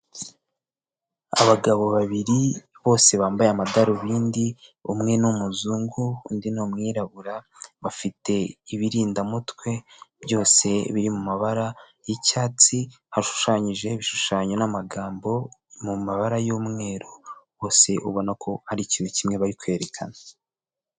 Abagabo babiri bose bambaye amadarubindi, umwe ni umuzungu undi ni umwirabura, bafite ibirindamutwe byose biri mu mabara y'icyatsi, hashushanyijejo ibishushanyo n'amagambo mu mabara y'umweru, bose ubona ko ari ikintu kimwe bari kwerekana.